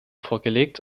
vorgelegt